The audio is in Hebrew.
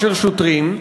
משוטרים,